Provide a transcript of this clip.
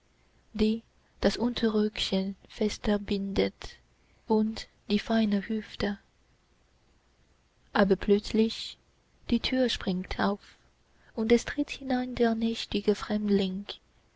die das unterröckchen fester bindet um die feine hüfte aber plötzlich die tür springt auf und es tritt herein der